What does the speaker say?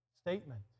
statement